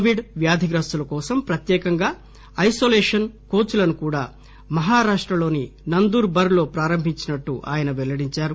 Covid వ్యాధిగ్రస్తుల కోసం ప్రత్యేకంగా ఐనోలేషన్ కోచ్ లను కూడా మహారాష్టలోని నందూర్ బర్ లో ప్రారంభించినట్టు ఆయన పెల్లడించారు